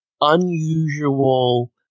unusual